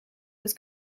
was